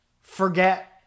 forget